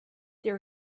there